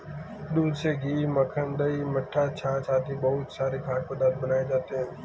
दूध से घी, मक्खन, दही, मट्ठा, छाछ आदि बहुत सारे खाद्य पदार्थ बनाए जाते हैं